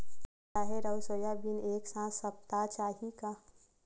राहेर अउ सोयाबीन एक साथ सप्ता चाही का?